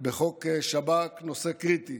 בחוק שב"כ, נושא קריטי